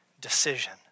decision